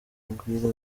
urugwiro